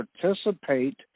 participate